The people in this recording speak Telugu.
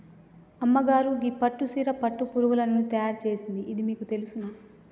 అమ్మగారు గీ పట్టు సీర పట్టు పురుగులు నుండి తయారు సేసింది ఇది మీకు తెలుసునా